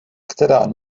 která